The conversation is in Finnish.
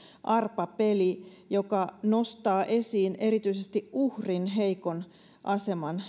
arpapeli joka nostaa esiin erityisesti uhrin heikon aseman